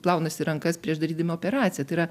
plaunasi rankas prieš darydami operaciją tai yra